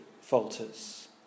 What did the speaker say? falters